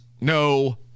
no